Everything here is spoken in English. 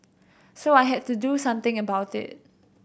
so I had to do something about it